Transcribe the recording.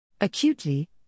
Acutely